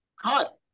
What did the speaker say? hot